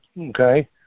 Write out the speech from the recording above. okay